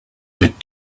bit